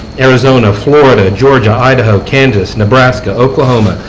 arizona, florida, georgia, idaho, kansas, nebraska, oklahoma,